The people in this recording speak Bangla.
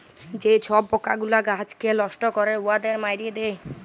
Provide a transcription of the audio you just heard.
যে ছব পকাগুলা গাহাচকে লষ্ট ক্যরে উয়াদের মাইরে দেয়